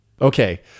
Okay